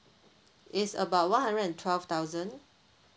it's about one hundred and twelve thousand